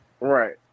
Right